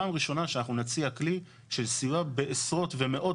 פעם ראשונה שאנחנו נציע כלי של סיוע בעשרות ומאות